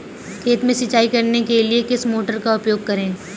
खेत में सिंचाई करने के लिए किस मोटर का उपयोग करें?